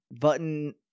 button